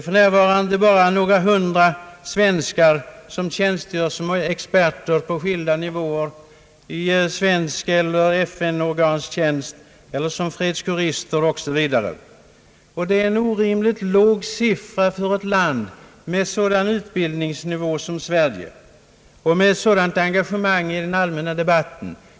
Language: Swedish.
För närvarande tjänstgör bara några hundra svenskar som experter på skilda nivåer i svensk eller FN-tjänst eller som fredskårister m.m. Det är en orimligt låg siffra för ett land som Sverige med sådan utbildningsnivå och med ett sådant engagemang i den allmänna debatten.